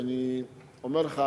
ואני אומר לך,